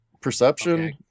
perception